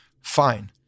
fine